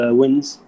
wins